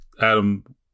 Adam